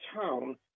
town